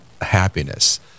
happiness